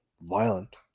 violent